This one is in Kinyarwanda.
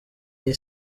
iyi